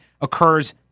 occurs